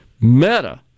Meta